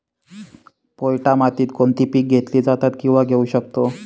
पोयटा मातीत कोणती पिके घेतली जातात, किंवा घेऊ शकतो?